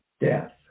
death